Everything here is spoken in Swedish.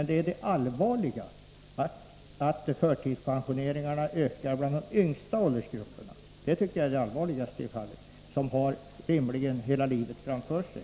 Det allvarliga är alltså att förtidspensioneringen ökat bland de yngsta åldersgrupperna, som rimligen borde ha ett långt liv framför sig.